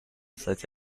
such